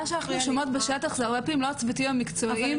מה שאנחנו שומעות בשטח אלה הרבה פעמים לא הצוותים המקצועיים,